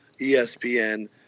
ESPN